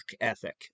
ethic